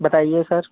बताईए सर